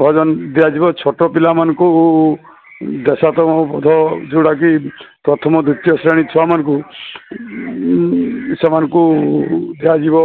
ଭଜନ ଦିଆଯିବ ଛୋଟ ପିଲାମାନଙ୍କୁ ଦେଶତ୍ମାକବୋଧ ଯୋଉଟାକି ପ୍ରଥମ ଦ୍ୱିତୀୟ ଶ୍ରେଣୀ ଛୁଆମାନଙ୍କୁ ସେମାନଙ୍କୁ ଦିଆଯିବ